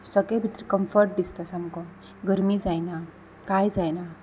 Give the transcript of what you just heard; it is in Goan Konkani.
सगळे भितर कम्फर्ट दिसता सामको गर्मी जायना कांय जायना